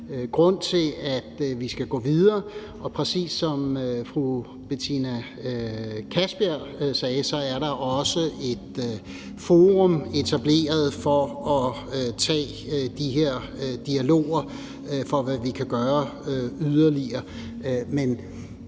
grund til, at vi skal gå videre, og præcis som fru Betina Kastbjerg sagde, er der også etableret et forum for at tage de her dialoger om, hvad vi kan gøre yderligere.